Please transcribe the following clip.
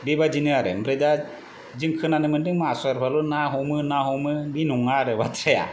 बेबायदिनो आरो ओमफ्राय दा जों खोनानो मोनदों मा मासवारफोराल' ना हमो ना हमो बे नङा आरो बाथ्राया